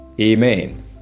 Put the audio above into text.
Amen